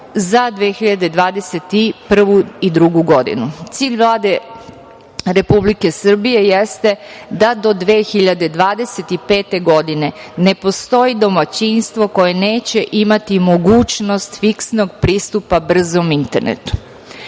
za 2021. i 2022. godinu. Cilj Vlade Republike Srbije jeste da do 2025. godine ne postoji domaćinstvo koje neće imati mogućnost fiksnog pristupa brzom internetu.